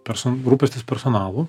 perso rūpestis personalu